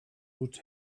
would